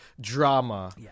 drama